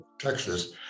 Texas